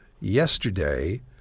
yesterday